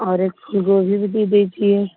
और एक फूल गोभी भी दे दीजिए